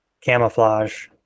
camouflage